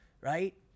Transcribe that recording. right